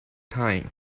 time